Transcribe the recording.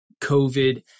COVID